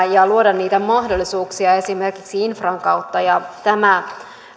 ja luoda mahdollisuuksia esimerkiksi infran kautta tämä